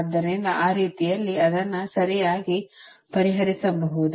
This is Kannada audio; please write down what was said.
ಆದ್ದರಿಂದ ಆ ರೀತಿಯಲ್ಲಿ ಅದನ್ನು ಸರಿಯಾಗಿ ಪರಿಹರಿಸಬಹುದು